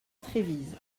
trévise